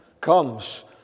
comes